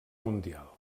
mundial